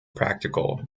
practical